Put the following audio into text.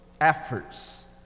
efforts